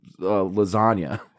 lasagna